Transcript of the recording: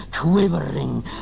quivering